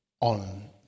on